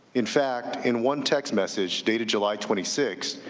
in fact, in one text message dated july twenty six,